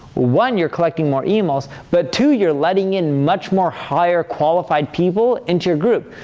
one, you're collecting more emails, but two, you're letting in much more higher qualified people into your group.